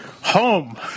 Home